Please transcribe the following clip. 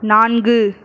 நான்கு